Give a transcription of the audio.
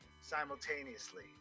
simultaneously